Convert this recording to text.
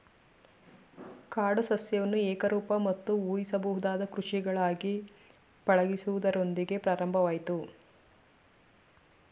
ಕಾಡು ಸಸ್ಯವನ್ನು ಏಕರೂಪ ಮತ್ತು ಊಹಿಸಬಹುದಾದ ಕೃಷಿಗಳಾಗಿ ಪಳಗಿಸುವುದರೊಂದಿಗೆ ಪ್ರಾರಂಭವಾಯ್ತು